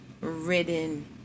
ridden